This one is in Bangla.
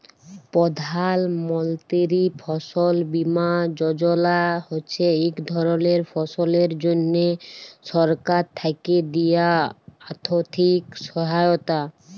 প্রধাল মলতিরি ফসল বীমা যজলা হছে ইক ধরলের ফসলের জ্যনহে সরকার থ্যাকে দিয়া আথ্থিক সহায়তা